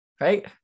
Right